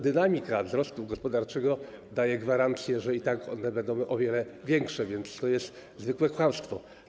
Dynamika wzrostu gospodarczego daje gwarancję, że i tak one będą o wiele wyższe, więc to jest zwykłe kłamstwo.